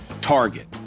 target